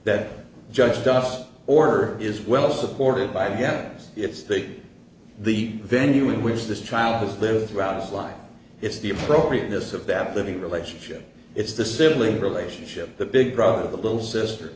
that judge stuff order is well supported by again it's big the venue in which this child has lived throughout his life it's the appropriateness of that living relationship it's the sibling relationship the big brother the little sister